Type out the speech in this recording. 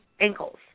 ankles